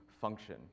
function